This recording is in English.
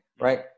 right